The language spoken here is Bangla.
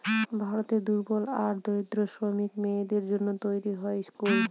ভারতের দুর্বল আর দরিদ্র শ্রেণীর মেয়েদের জন্য তৈরী হয় স্কুল